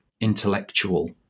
intellectual